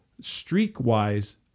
streak-wise